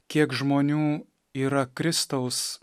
kiek žmonių yra kristaus